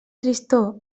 tristor